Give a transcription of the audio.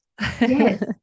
yes